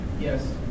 Yes